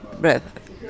breath